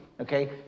Okay